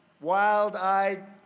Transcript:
wild-eyed